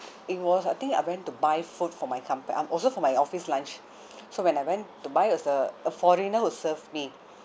it was I think I went to buy food for my com~ um also for my office lunch so when I went to buy there was a a foreigner who serve me